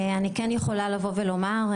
אני כן יכולה לבוא ולומר,